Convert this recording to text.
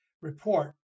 report